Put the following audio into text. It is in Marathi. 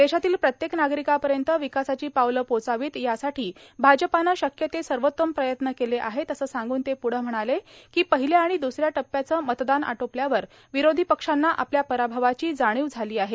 देशातील प्रत्येक नागरिकापर्यंत विकासाची पावलं पोचावीत यासाठी भाजपानं शक्य ते सर्वोत्तम प्रयत्न केले आहेत असं सांगून ते प्रढं म्हणाले की पहिल्या आणि दुसऱ्या टप्प्याचं मतदान आटोपल्यावर विरोधी पक्षांना आपल्या पराभवाची जाणीव झाली आहे